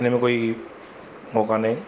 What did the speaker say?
इन में कोई उहो काने